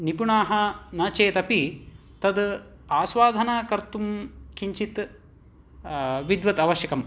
निपुणाः न चेदपि तत् आस्वादना कर्तुं किंचित् विद्वत् अवश्यकम्